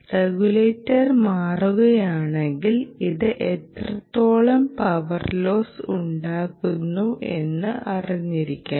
regulator മാറുകയാണെങ്കിൽ അത് എത്രത്തോളം പവർ ലോസ് ഉണ്ടാക്കുന്നു എന്ന് അറിഞ്ഞിരിക്കണം